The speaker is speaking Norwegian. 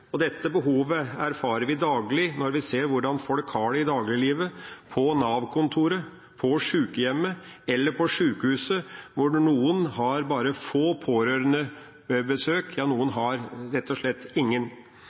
sterkere. Dette behovet erfarer vi daglig når vi ser hvordan folk har det i dagliglivet – på Nav-kontoret, på sykehjemmet eller på sykehuset – hvor noen har bare få pårørendebesøk, ja, noen har rett og slett ingen.